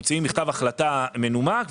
מוציאים מכתב החלטה מנומק,